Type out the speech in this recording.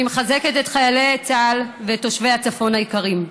אני מחזקת את חיילי צה"ל ואת תושבי הצפון היקרים.